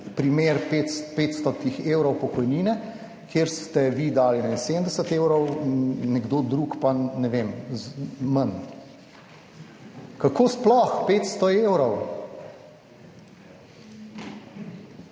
primer pet 500 evrov pokojnine, kjer ste vi dali 71 evrov, nekdo drug pa ne vem manj. Kako sploh 500 evrov?